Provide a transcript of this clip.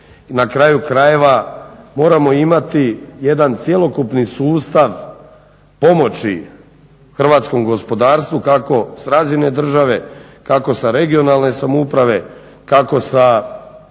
na kraju krajeva moramo imati jedan cjelokupni sustav pomoći hrvatskom gospodarstvu kako s razine države, kao sa regionalne samouprave, kako sa